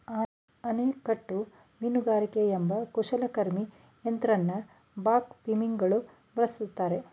ಅಣೆಕಟ್ಟು ಮೀನುಗಾರಿಕೆ ಎಂಬ ಕುಶಲಕರ್ಮಿ ತಂತ್ರನ ಬಾಕಾ ಪಿಗ್ಮಿಗಳು ಬಳಸ್ತಾರೆ